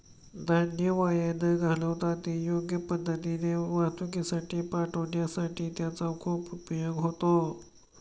धान्य वाया न घालवता ते योग्य पद्धतीने वाहतुकीसाठी पाठविण्यासाठी त्याचा खूप उपयोग होतो